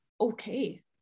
okay